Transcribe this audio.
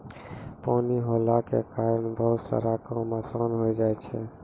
पानी होला के कारण बहुते सारा काम आसान होय जाय छै